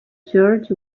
church